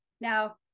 Now